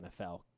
NFL